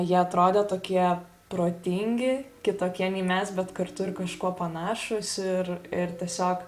jie atrodė tokie protingi kitokie nei mes bet kartu ir kažkuo panašūs ir ir tiesiog